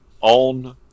on